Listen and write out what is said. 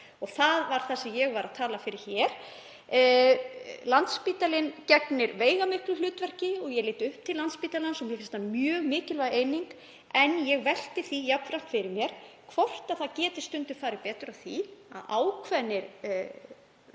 Það var það sem ég var að tala fyrir hér. Landspítalinn gegnir veigamiklu hlutverki, ég lít upp til Landspítalans og mér finnst hann mjög mikilvæg eining. En ég velti því jafnframt fyrir mér hvort stundum geti farið betur á því að ákveðin